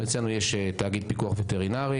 אצלנו יש תאגיד פיקוח וטרינרי,